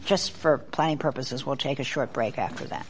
just for planning purposes we'll take a short break after that